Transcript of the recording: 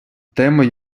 теми